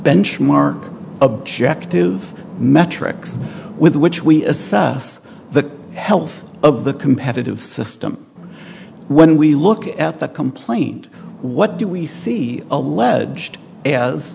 benchmark objective metrics with which we assess the health of the competitive system when we look at the complaint what do we see alleged as